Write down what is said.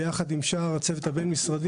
ביחד עם שאר הצוות הבין-משרדי,